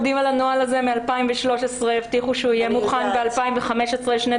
סוגיה נוספת שחיכינו המשרד מינה תת-וועדה מייעצת למשרד כדי שתיתן לנו